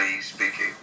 speaking